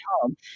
home